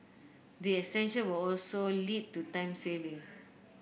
the extension will also lead to time saving